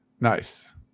Nice